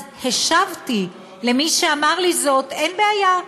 אז השבתי למי שאמר לי זאת: אין בעיה,